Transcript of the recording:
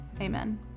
Amen